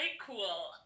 Cool